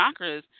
chakras